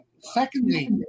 Secondly